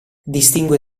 distingue